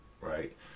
right